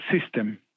system